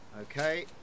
Okay